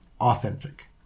authentic